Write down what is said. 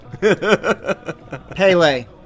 Pele